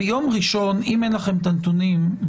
אם אין לכם הנתונים,